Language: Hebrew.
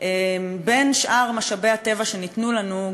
בין שאר משאבי הטבע שניתנו לנו,